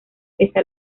pese